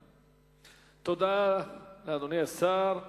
תודה, אדוני השר.